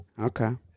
Okay